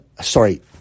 Sorry